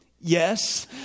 Yes